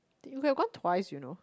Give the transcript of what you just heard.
you could have gone twice you know